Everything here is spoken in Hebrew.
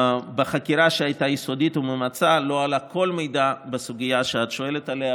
בחקירה שהייתה יסודית וממצה לא עלה כל מידע לגבי הסוגיה שאת שואלת עליה,